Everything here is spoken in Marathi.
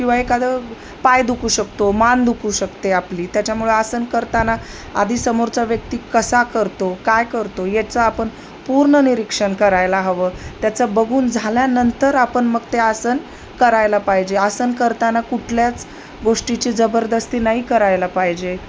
किंवा एखादं पाय दुखू शकतो मान दुखू शकते आपली त्याच्यामुळे आसन करताना आधी समोरचा व्यक्ती कसा करतो काय करतो याचं आपण पूर्ण निरीक्षण करायला हवं त्याचं बघून झाल्यानंतर आपण मग ते आसन करायला पाहिजे आसन करताना कुठल्याच गोष्टीची जबरदस्ती नाही करायला पाहिजे